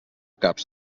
caps